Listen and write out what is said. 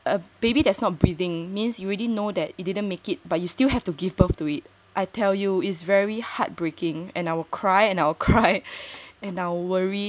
a baby that's not breathing means you already know that it didn't make it but you still have to give birth to it I tell you is very heartbreaking and I will cry and I will cry